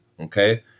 okay